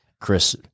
Chris